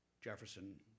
Jefferson